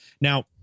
Now